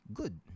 good